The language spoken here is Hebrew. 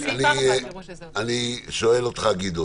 אני חושב שמה